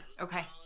okay